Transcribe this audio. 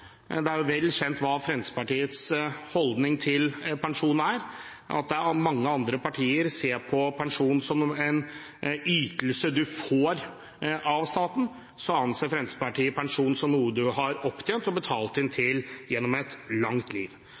pensjon er vel kjent: Mens mange andre partier ser på pensjon som en ytelse man får av staten, anser Fremskrittspartiet at pensjon er noe man har opptjent og betalt inn til gjennom et langt liv.